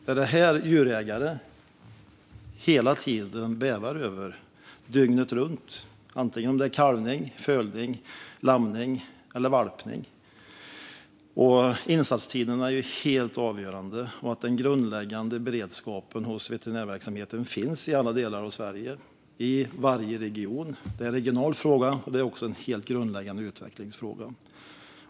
Det är detta som djurägare bävar för dygnet runt, oavsett om det handlar om kalvning, fölning, lamning eller valpning. Insatstiderna är helt avgörande, liksom att den grundläggande beredskapen hos veterinärverksamheten finns i alla delar av Sverige, i varje region. Det är en regional fråga. Det är också en helt grundläggande utvecklingsfråga.